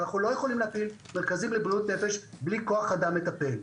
אנחנו לא יכולים להפעיל מרכזים לבריאות נפש בלי כוח אדם מטפל.